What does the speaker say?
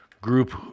group